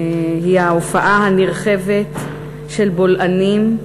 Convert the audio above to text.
היא ההופעה הנרחבת של בולענים.